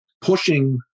pushing